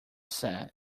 said